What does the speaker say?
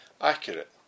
accurate